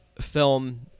film